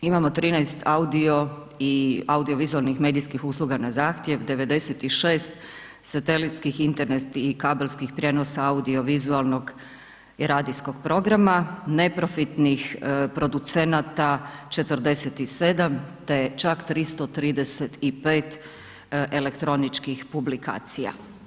Imamo 13 audio i audiovizualnih medijskih usluga na zahtjev, 96 satelitskih i internetskih i kabelskih prijenosa audiovizualnog i radijskog programa neprofitnih producenata 47 te čak 335 elektroničkih publikacija.